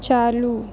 चालू